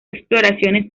exploraciones